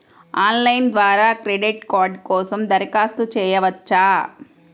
Online ద్వారా credit card కోసం దరఖాస్తు చేయవచ్చా?